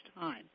time